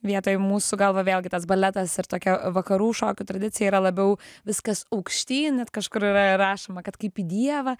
vietoj mūsų gal va vėlgi tas baletas ir tokia vakarų šokių tradicija yra labiau viskas aukštyn net kažkur yra rašoma kad kaip į dievą